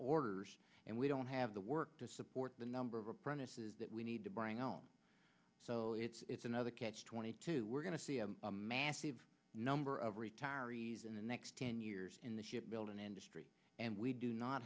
orders and we don't have the work to support the number of apprentices that we need to bring on so it's another catch twenty two we're going to see a massive number of retirees in the next ten years in the shipbuilding industry and we do not